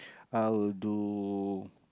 I'll do